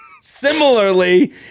similarly